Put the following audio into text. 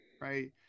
Right